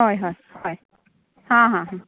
हय हय हय आं हां आं